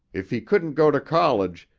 if he couldn't go to college,